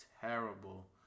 terrible